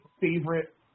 favorite